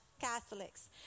Catholics